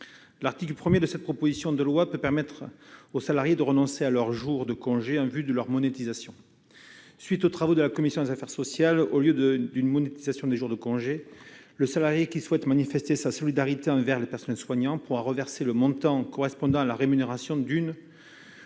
L'article 1 de cette proposition de loi vise à permettre aux salariés de renoncer à leurs jours de congé, en vue de la monétisation de ceux-ci. À la suite des travaux de la commission des affaires sociales, il a été prévu qu'au lieu d'une monétisation des jours de congé, le salarié qui souhaite manifester sa solidarité envers le personnel soignant puisse reverser le montant correspondant à la rémunération d'une